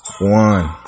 One